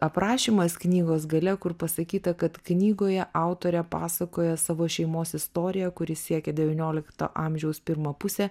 aprašymas knygos gale kur pasakyta kad knygoje autorė pasakoja savo šeimos istoriją kuri siekia devyniolikto amžiaus pirmą pusę